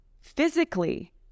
physically